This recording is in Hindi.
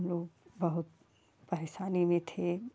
हम लोग बहुत परेशानी में थे